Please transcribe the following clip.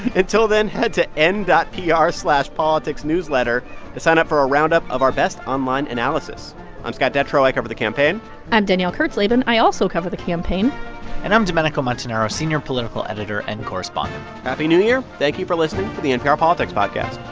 until then, head to n and pr politicsnewsletter to sign up for a roundup of our best online analysis i'm scott detrow. i cover the campaign i'm danielle kurtzleben. i also cover the campaign and i'm domenico montanaro, senior political editor and correspondent happy new year. thank you for listening to the npr politics podcast